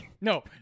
No